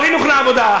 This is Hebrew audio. לא חינוך לעבודה.